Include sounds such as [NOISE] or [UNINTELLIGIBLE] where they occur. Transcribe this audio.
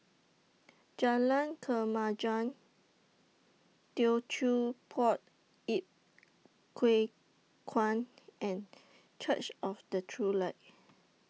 Jalan Kemajuan Teochew Poit Ip [UNINTELLIGIBLE] Kuan and Church of The True Light